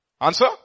Answer